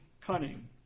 cunning